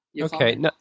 Okay